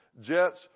jets